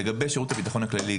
לגבי שירות הבטחון הכללי,